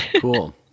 Cool